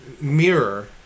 mirror